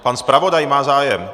Pan zpravodaj má zájem.